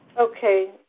Okay